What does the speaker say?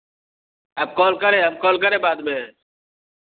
आप कॉल करें आप कॉल करें बाद में